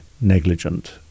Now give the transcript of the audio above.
negligent